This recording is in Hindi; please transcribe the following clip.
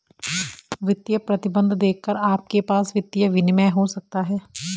वित्तीय प्रतिबंध देखकर आपके पास वित्तीय विनियमन हो सकता है